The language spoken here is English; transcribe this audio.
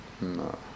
no